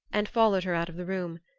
and followed her out of the room.